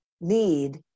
need